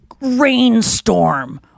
rainstorm